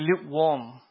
lukewarm